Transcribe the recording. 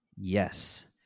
Yes